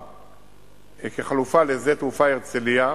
כחלופה לשדה תעופה הרצלייה